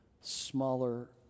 smaller